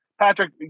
Patrick